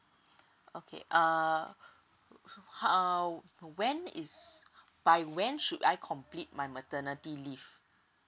okay uh oo ho~ when is by when should I complete my maternity leave